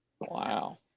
wow